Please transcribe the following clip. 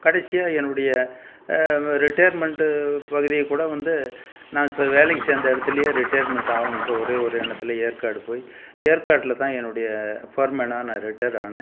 கடைசியாக என்னுடைய ரிட்டேயர்மெண்ட்டு பகுதியை கூட வந்து நான் செ வேலைக்கு சேர்ந்த இடத்துலயே ரிட்டேயர்மெண்ட் ஆகணுன்ற ஒரே ஒரு எண்ணத்தில் ஏற்காடு போய் ஏற்காட்டில் தான் என்னுடைய ஃபோர்மேனாக நான் ரிட்டயர்ட் ஆனேன்